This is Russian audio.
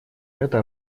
это